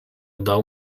udało